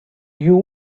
you